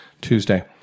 Tuesday